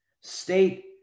state